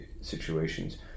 situations